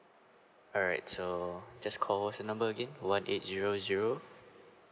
alright so just call us the number again one eight zero zero